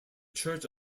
church